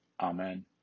Amen